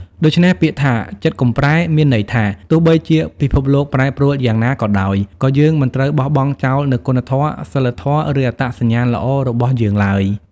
ដូច្នេះពាក្យថា "ចិត្តកុំប្រែ" មានន័យថា ទោះបីជាពិភពលោកប្រែប្រួលយ៉ាងណាក៏ដោយ ក៏យើង មិនត្រូវបោះបង់ចោលនូវគុណធម៌ សីលធម៌ ឬអត្តសញ្ញាណល្អ របស់យើងឡើយ។